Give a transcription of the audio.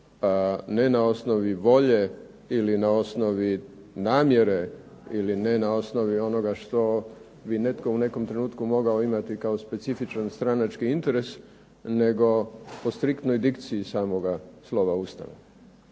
ne na osnovi volje ili na osnovi namjere ili ne na osnovi onoga što bi netko u nekom trenutku mogao imati kao specifičan stranački interes nego po striktnoj dikciji samoga slova Ustava.